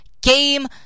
game